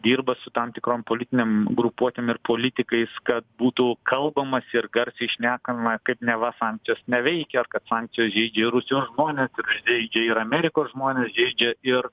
dirba su tam tikrom politinėm grupuotėm ir politikais kad būtų kalbamasi ir garsiai šnekama kaip neva sankcijos neveikia ar kad sankcijos žeidžia rusijos žmones ir žeidžia ir amerikos žmones žeidžia ir